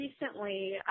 recently